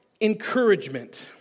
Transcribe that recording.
encouragement